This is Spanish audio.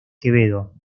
quevedo